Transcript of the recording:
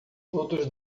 todos